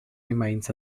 remains